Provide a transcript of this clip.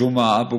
את ג'ומעה אבו